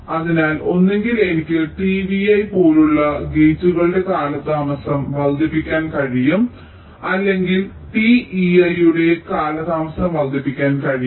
അതിനാൽ ഒന്നുകിൽ എനിക്ക് t vi പോലുള്ള ഗേറ്റുകളുടെ കാലതാമസം വർദ്ധിപ്പിക്കാൻ കഴിയും അല്ലെങ്കിൽ t eiഇയുടെ കാലതാമസം വർദ്ധിപ്പിക്കാൻ കഴിയും